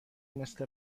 مثل